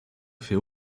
fait